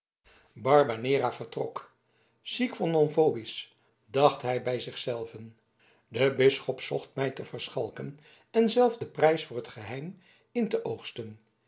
barbanera vertrok sic vos non vobis dacht hij bij zich zelven de bisschop zocht mij te verschalken en zelf den prijs voor het geheim in te oogsten